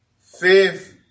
faith